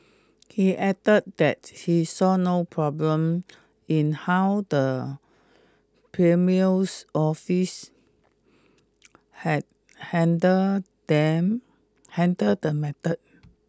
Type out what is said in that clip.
he added that he saw no problem in how the office had handled them handled the matter